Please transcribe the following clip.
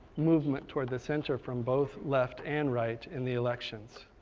movement toward the center from both left and right in the elections.